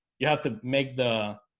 you have to make the